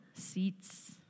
seats